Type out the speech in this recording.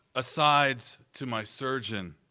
asides to my surgeon.